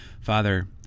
Father